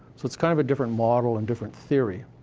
so it's kind of a different model and different theory.